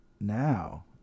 now